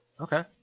Okay